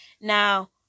Now